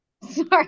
Sorry